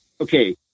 okay